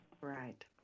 right